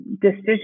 decision